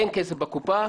אין כסף בקופה,